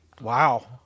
wow